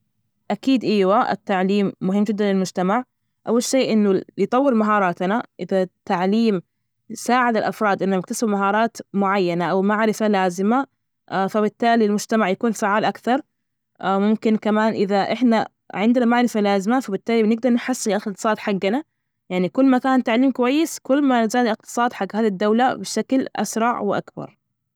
أكيد إيوه التعليم مهم جدا للمجتمع، أول شي إنه يطور مهاراتنا، إذا التعليم ساعد الأفراد، إنهم يكتسبوا مهارات معينة أو معرفة لازمة، فبالتالي المجتمع يكون فعال أكثر، ممكن كمان إذا إحنا عندنا معرفة لازمة، فبالتالي نجدر نحسن يا أخي الاتصال حجنا، يعني كل مكان التعليم كويس، كل ما زاد الإقتصاد حج هذه الدولة بشكل أسرع وأكبر.